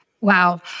Wow